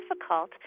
difficult